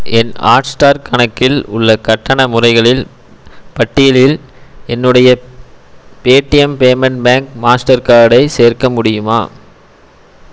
என் Hotstar கணக்கில் உள்ள கட்டண முறைகளில் பட்டியலில் என்னுடைய பேடிஎம் பேமெண்ட் பேங்க் மாஸ்டர் கார்டை சேர்க்க முடியுமா